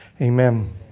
Amen